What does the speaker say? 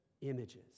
images